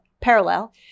parallel